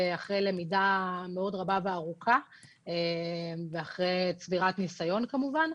אחרי למידה רבה וארוכה ואחרי צבירת ניסיון כמובן.